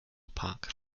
opak